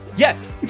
Yes